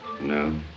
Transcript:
no